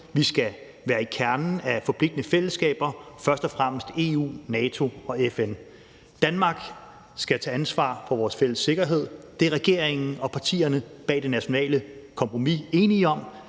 vi skal være i kernen af forpligtende fællesskaber, først og fremmest EU, NATO og FN. Vi skal i Danmark tage ansvar for vores fælles sikkerhed. Det er regeringen og partierne bag det nationale kompromis enige om.